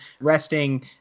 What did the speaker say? resting